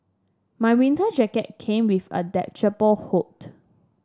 my winter jacket came with a detachable hood